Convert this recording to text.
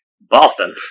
Boston